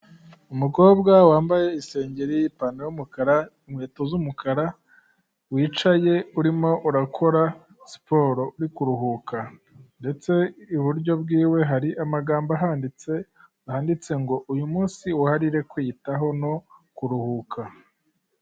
Umukobwa wambaye isengeri ipantaro y'umukara inkweto z'umukara, wicaye urimo urakora siporo ari kuruhuka ndetse iburyo bwiwe hari amagambo ahanditse yanditse ngo uyu munsi uharire kwiyitaho no kuruhuka.